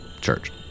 church